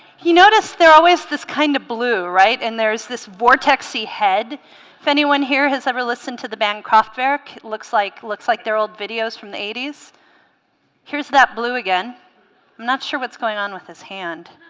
you noticed there always this kind of blue right and there's this vortex ii head if anyone here has ever listened to the bancroft varrick it looks like looks like they're old videos from the eighty s here's that blue again i'm not sure what's going on with this hand